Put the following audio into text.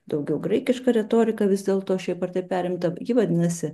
daugiau graikiška retorika vis dėlto šiaip ar taip perimta ji vadinasi